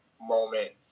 moment